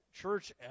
church